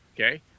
Okay